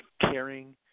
caring